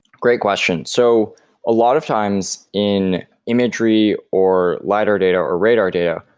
great question so a lot of times in imagery, or lidar data, or radar data,